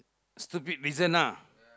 stupid reason ah